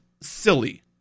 silly